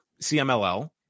CMLL